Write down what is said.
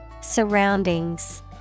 Surroundings